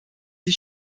sie